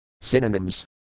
Synonyms